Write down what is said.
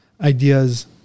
ideas